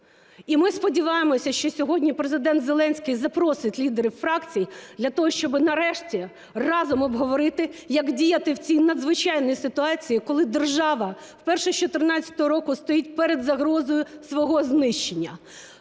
І ми сподіваємося, що сьогодні Президент Зеленський запросить лідерів фракцій для того, щоб нарешті разом обговорити, як діяти в цій надзвичайній ситуації, коли держава вперше з 14-го року стоїть перед загрозою свого знищення.